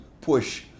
push